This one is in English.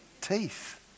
Teeth